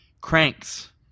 Cranks